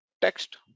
text